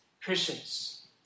Christians